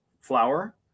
flour